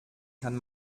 kann